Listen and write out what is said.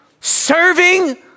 Serving